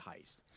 heist